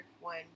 one